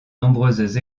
nombreuses